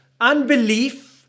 unbelief